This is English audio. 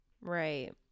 Right